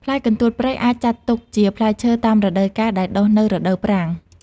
ផ្លែកន្ទួតព្រៃអាចចាត់ទុកជាផ្លែឈើតាមរដូវកាលដែលដុះនៅរដូវប្រាំង។